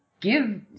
give